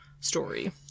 story